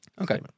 Okay